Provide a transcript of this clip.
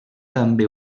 també